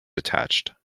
attached